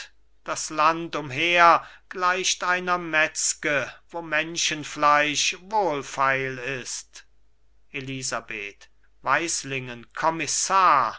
das land umher gleicht einer metzge wo menschenfleisch wohlfeil ist elisabeth weislingen kommissar